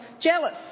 jealous